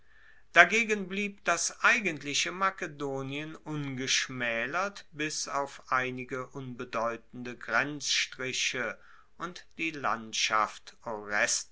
dagegen blieb das eigentliche makedonien ungeschmaelert bis auf einige unbedeutende grenzstriche und die landschaft